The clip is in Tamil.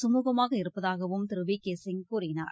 சுழுகமாக இருப்பதாகவும் திருவிகேசிங் கூறினார்